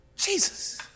Jesus